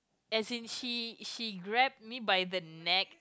as in she she grab me by the neck